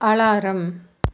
alarm